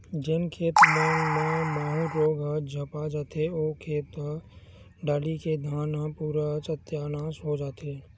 जेन खेत मन म माहूँ रोग ह झपा जथे, ओ खेत या डोली के धान ह पूरा सत्यानास हो जथे